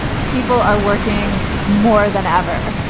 people are working more than ever,